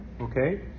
Okay